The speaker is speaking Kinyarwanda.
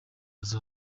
aza